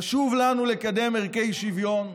חשוב לנו לקדם ערכי שוויון,